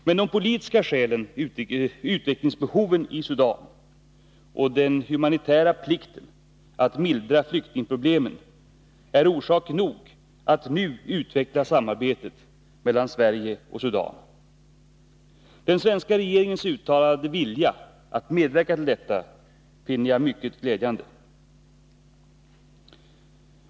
Men de politiska skälen, utvecklingsbehoven i Sudan och den humanitära plikten att mildra flyktingproblemen är orsak nog att nu utveckla samarbetet mellan Sverige och Sudan. Den svenska regeringens uttalade vilja att medverka till detta finner jag mycket glädjande.